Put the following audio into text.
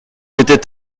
était